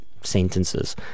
sentences